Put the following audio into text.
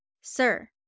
Sir